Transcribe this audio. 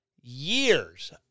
years